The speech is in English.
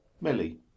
milly